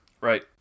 Right